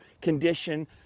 condition